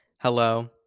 Hello